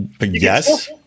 yes